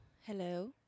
Hello